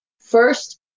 first